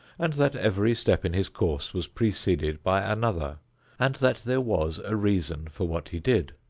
and that every step in his course was preceded by another and that there was a reason for what he did.